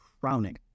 crowning